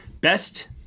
Best